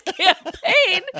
campaign